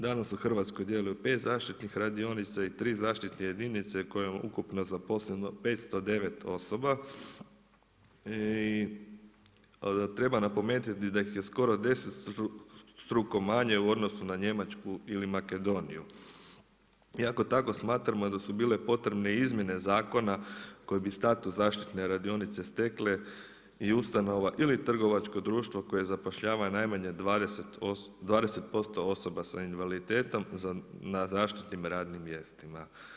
Danas u Hrvatskoj djeluju pet zaštitnih radionica i 3 zaštitne jedinice u kojima je ukupno zaposleno 509 osoba i treba napomenuto da je ih skoro deseterostruko manje u odnosu na Njemačku ili Makedoniju iako tako smatramo da su bile potrebne izmjene zakona koje bi status zaštitne radionice stekle i ustanova ili trgovačko društvo koje zapošljava najmanje 20% osoba s invaliditetom na zaštitnim radnim mjestima.